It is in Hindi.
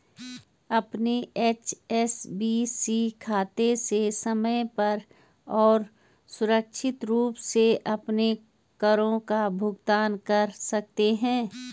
अपने एच.एस.बी.सी खाते से समय पर और सुरक्षित रूप से अपने करों का भुगतान कर सकते हैं